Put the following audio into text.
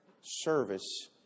service